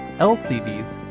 lcds,